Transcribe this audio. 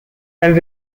and